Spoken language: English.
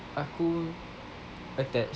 aku attached